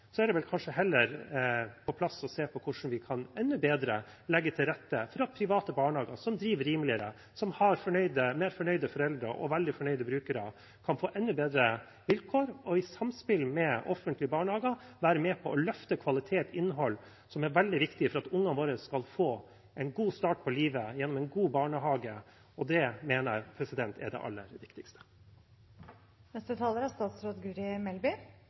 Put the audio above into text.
er det kanskje heller på sin plass å se på hvordan vi kan enda bedre legge til rette for at private barnehager – som driver rimeligere, som har mer fornøyde foreldre og veldig fornøyde brukere – kan få enda bedre vilkår og i samspill med offentlige barnehager være med på å løfte kvalitet og innhold, noe som er veldig viktig for at ungene våre skal få en god start på livet gjennom en god barnehage. Og det mener jeg er det aller viktigste.